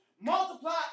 multiply